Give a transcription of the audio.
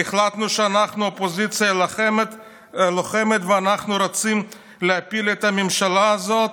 "החלטנו שאנחנו אופוזיציה לוחמת ואנחנו רוצים להפיל את הממשלה הזאת,